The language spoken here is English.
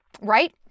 right